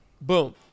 Boom